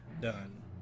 done